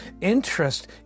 interest